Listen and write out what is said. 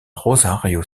rosario